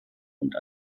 und